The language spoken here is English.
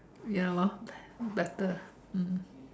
ya lor bet~ better ah mm